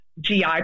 GI